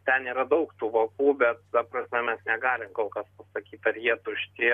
ten yra daug tų vokų bet ta prasme mes negalim kol kas sakyt ar jie tušti